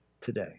today